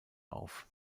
auf